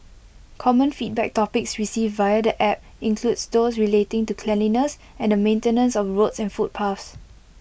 common feedback topics received via the app include those relating to cleanliness and maintenance of roads and footpaths